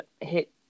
hit